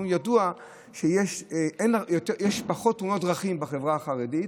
ידוע שיש פחות תאונות דרכים בחברה החרדית.